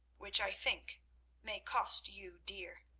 which i think may cost you dear.